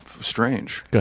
Strange